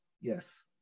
Yes